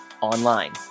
Online